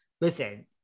listen